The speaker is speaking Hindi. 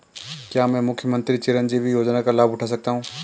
क्या मैं मुख्यमंत्री चिरंजीवी योजना का लाभ उठा सकता हूं?